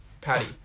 Patty